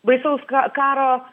baisaus ka karo